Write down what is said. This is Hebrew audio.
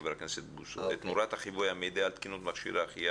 חבר הכנסת בוסו את נורת החיווי המעידה על תקינות מכשירי ההחייאה,